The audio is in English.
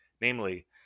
Namely